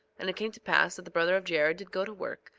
and it came to pass that the brother of jared did go to work,